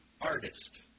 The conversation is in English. artist